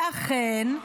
ואכן,